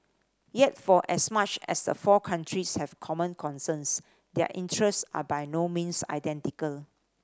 yet for as much as the four countries have common concerns their interest are by no means identical